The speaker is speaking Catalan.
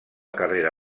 carrera